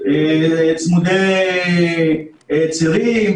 צמודי צירים,